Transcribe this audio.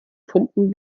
pumpen